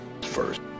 first